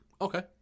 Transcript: Okay